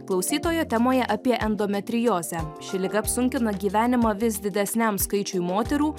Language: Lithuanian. klausytojo temoje apie endometriozę ši liga apsunkina gyvenimą vis didesniam skaičiui moterų